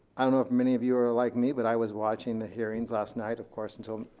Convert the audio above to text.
i don't know if many of you are like me but i was watching the hearings last night of course, until,